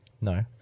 No